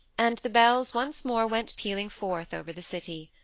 and the bells once more went pealing forth over the city.